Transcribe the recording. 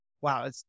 wow